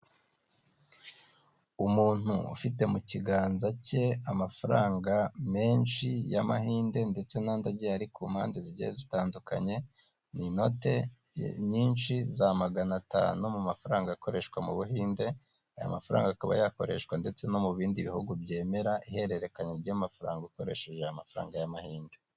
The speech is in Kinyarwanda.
Umuntu ufite mu kiganza cye amafaranga menshi y'amahinde ndetse n'andi agiye ari ku mpande zigiye zitandukanye n'inote nyinshi za magana atanu mu mafaranga akoreshwa mu buhinde aya mafaranga akaba yakoreshwa ndetse no mu bindi bihugu byemera ihererekanya ry'amafaranga ukoresheje amafaranga y'amahinde.